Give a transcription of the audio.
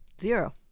Zero